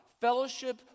Fellowship